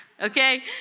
okay